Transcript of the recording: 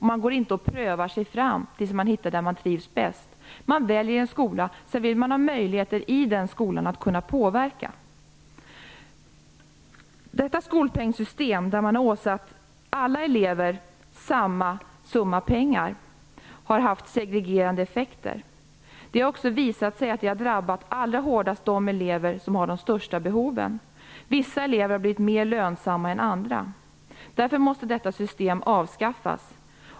Man går inte och prövar sig fram tills man hittar den skola där man trivs bäst. Man väljer en skola, och sedan vill man ha möjligheter att kunna påverka i den skolan. Detta skolpengssystem där man har åsatt alla elever en lika stor summa pengar på en prislapp har haft segregerande effekter. Det har också visat sig att det allra hårdast har drabbat de elever som har de största behoven. Vissa elever har blivit mera lönsamma än andra. Därför måste detta system avskaffas.